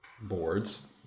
boards